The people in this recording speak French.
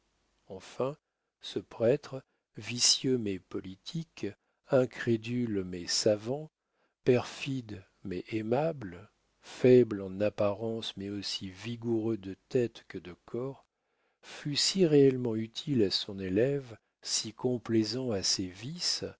enfin ce prêtre vicieux mais politique incrédule mais savant perfide mais aimable faible en apparence mais aussi vigoureux de tête que de corps fut si réellement utile à son élève si complaisant à ses vices